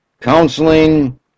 counseling